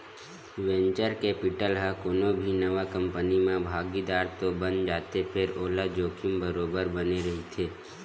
venture capital ह कोनो भी नवा कंपनी म भागीदार तो बन जाथे फेर ओला जोखिम बरोबर बने रहिथे